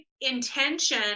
intention